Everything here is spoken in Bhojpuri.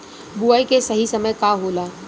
बुआई के सही समय का होला?